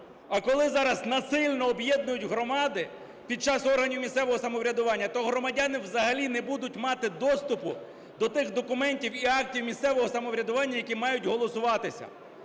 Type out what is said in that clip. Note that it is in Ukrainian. А коли зараз насильно об'єднують громади під час органів місцевого самоврядування, то громадяни взагалі не будуть мати доступу до тих документів і актів місцевого самоврядування, які мають голосуватися.